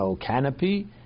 canopy